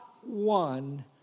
one